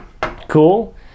Cool